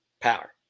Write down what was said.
Power